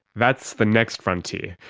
that's the next frontier,